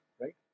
right